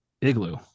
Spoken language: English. Igloo